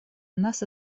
нас